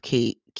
Kate